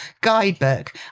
guidebook